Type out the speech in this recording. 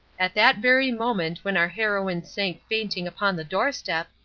at that very moment when our heroine sank fainting upon the doorstep,